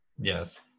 Yes